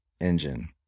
engine